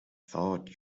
thought